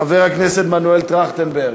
חבר הכנסת מנואל טרכטנברג,